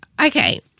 Okay